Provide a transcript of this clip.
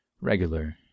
regular